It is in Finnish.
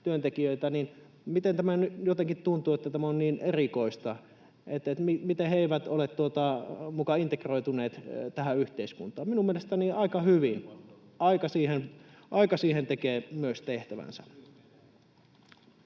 työntekijöitä. Miten tämä nyt jotenkin tuntuu, että tämä on niin erikoista? Miten he eivät ole muka integroituneet tähän yhteiskuntaan? [Vilhelm Junnila: Yksinkertainen vastaus!] Minun mielestäni aika hyvin. Aika siihen tekee myös tehtävänsä.